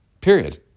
period